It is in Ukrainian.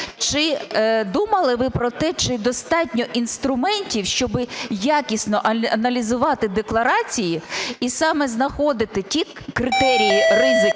Чи думали ви про те, чи достатньо інструментів, щоби якісно аналізувати декларації і саме знаходити ті критерії ризику,